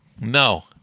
No